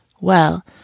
Well